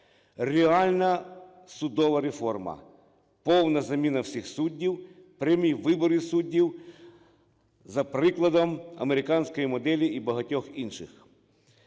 реальна судова реформа, повна заміна всіх суддів, прямі вибори суддів за прикладом американської моделі і багатьох інших.